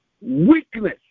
weakness